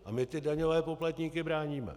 A my ty daňové poplatníky bráníme.